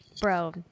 Bro